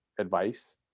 advice